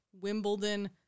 Wimbledon